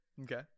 Okay